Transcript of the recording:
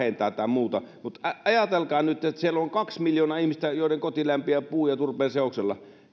muuta mutta ajatelkaa nyt nyt siellä on kaksi miljoonaa ihmistä joiden koti lämpiää puun ja turpeen seoksella